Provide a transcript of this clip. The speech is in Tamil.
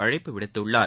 அழைப்பு விடுத்துள்ளார்